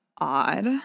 odd